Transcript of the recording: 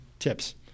Tips